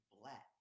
black